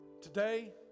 Today